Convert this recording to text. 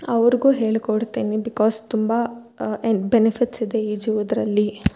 ಅವರಿಗು ಹೇಳಿಕೊಡ್ತಿನಿ ಬಿಕಾಸ್ ತುಂಬ ಏನ್ ಬೆನಿಫಿಟ್ಸ್ ಇದೆ ಈಜುವುದರಲ್ಲಿ